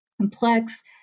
complex